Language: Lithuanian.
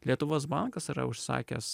lietuvos bankas yra užsakęs